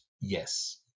Yes